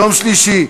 יום שלישי,